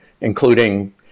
including